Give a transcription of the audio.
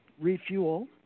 refuel